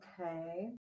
Okay